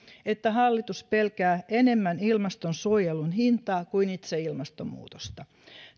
että hallitus pelkää enemmän ilmastonsuojelun hintaa kuin itse ilmastonmuutosta